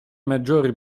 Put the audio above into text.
maggiori